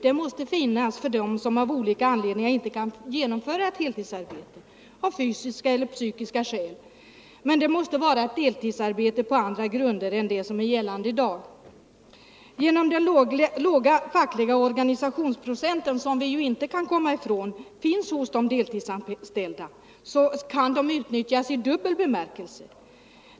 Det måste finnas för dem som av fysiska eller psykiska skäl inte kan genomföra ett heltidsarbete. Men det måste vara ett deltidsarbete på andra grunder än de som är gällande i dag. Genom den låga procenten fackligt organiserade — det kan vi inte komma ifrån — kan de deltidsanställda utnyttjas i dubbel bemärkelse.